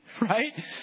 right